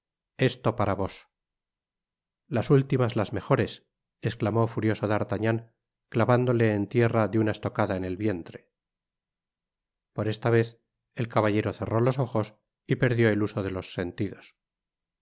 esto para vos las últimas las mejores esclamó furioso d'artagnan clavándole en tierra de una estocada en el vientre por esta vez el caballero cerró los ojos y perdió el uso de los sentidos